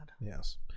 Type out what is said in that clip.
Yes